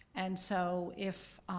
and so if